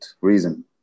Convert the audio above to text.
reason